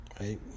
right